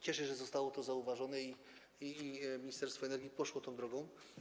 Cieszę się, że zostało to zauważone i Ministerstwo Energii poszło tą drogą.